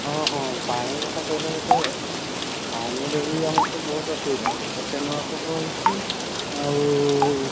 ହଁ ହଁ ପାଣି କଥା କହିଲ ଯେତେବେଳେ ପାଣିର ବି ଆମର ତ ବହୁତ ଅସୁବିଧା ଗୋଟେ ନଳକୂପ ହୋଇଛି ଆଉ